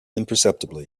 imperceptibly